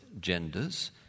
genders